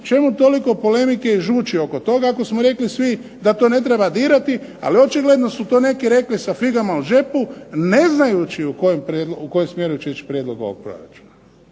čemu toliko polemike i žuči oko toga ako smo rekli svi da to ne treba dirati. Ali očigledno su to neki rekli sa figama u džepu ne znajući u kojem smjeru će ići prijedlog ovog proračuna.